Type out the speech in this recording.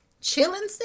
chilling